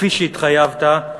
כפי שהתחייבת,